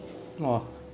!wah!